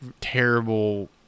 terrible